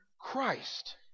Christ